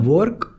work